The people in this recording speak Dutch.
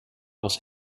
was